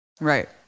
right